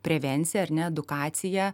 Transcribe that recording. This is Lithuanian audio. prevenciją ar ne edukaciją